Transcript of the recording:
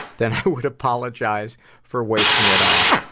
then i would apologize for wasting it all.